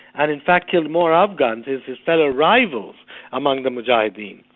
and in fact killed more afghans as his fellow rivals among the mujaheddin.